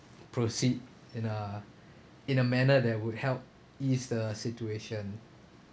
proceed in a in a manner that would help ease the situation